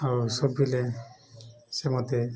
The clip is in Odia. ଆଉ ସବୁବେଳେ ସେ ମୋତେ